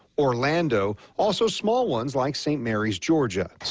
orlando, also small ones like st. mary's, georgia.